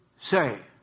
say